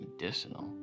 medicinal